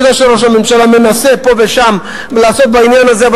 אני יודע שראש הממשלה מנסה פה ושם לעשות בעניין הזה,